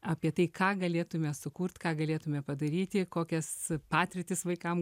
apie tai ką galėtume sukurt ką galėtume padaryti kokias patirtis vaikam